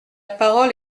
parole